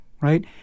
Right